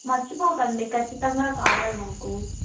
మర్చిపోకండి ఖచ్చితంగా కావాలి మాకు